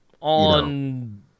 on